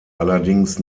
allerdings